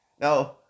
Now